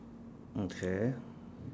okay